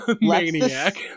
Maniac